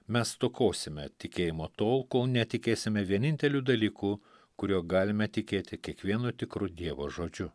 mes stokosime tikėjimo tol kol netikėsime vieninteliu dalyku kuriuo galime tikėti kiekvienu tikru dievo žodžiu